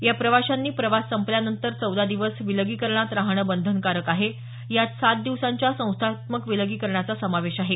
या प्रवाशांनी प्रवास संपल्यानंतर चौदा दिवस विलगीकरणात राहणं बंधनकारक आहे यात सात दिवसांच्या संस्थात्मक विलगीकरणाचा समावेश आहे